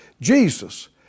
Jesus